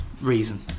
reason